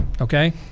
okay